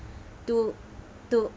two two